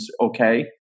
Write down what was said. okay